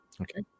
okay